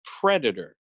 predator